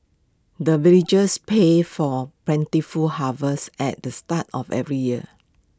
the villagers pay for plentiful harvest at the start of every year